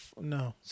No